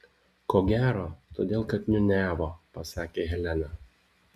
ko gero todėl kad niūniavo pasakė helena